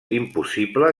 impossible